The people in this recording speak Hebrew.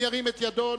גדעון